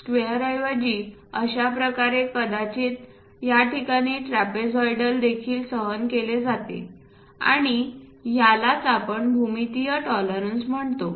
स्क्वेअरऐवजी अशा प्रकारे कदाचित याठिकाणी ट्रापेझॉइडल देखील सहन केले जाते आणि यालाच आपण भूमितीय टॉलरन्स म्हणतो